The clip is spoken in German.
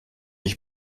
ich